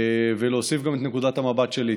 ולהוסיף גם את נקודת המבט שלי.